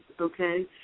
okay